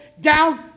down